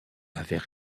avaient